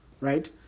Right